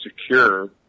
secure